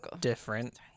different